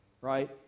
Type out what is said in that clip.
right